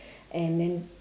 and then